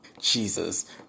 Jesus